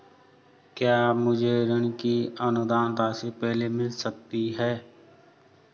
क्या मुझे ऋण की अनुदान राशि पहले मिल सकती है?